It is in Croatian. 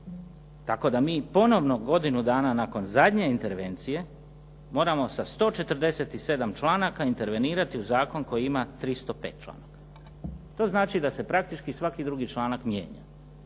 Tako da mi ponovno godinu dana nakon zadnje intervencije moramo sa 147. članaka intervenirati u zakon koji ima 305. članaka. To znači da se praktički svaki drugi članak mijenja.